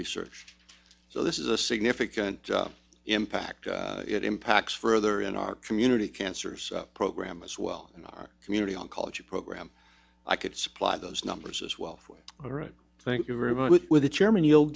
research so this is a significant impact it impacts further in our community cancers program as well in our community oncology program i could supply those numbers as well all right thank you very much with the chairman y